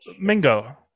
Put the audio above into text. Mingo